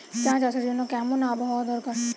চা চাষের জন্য কেমন আবহাওয়া দরকার?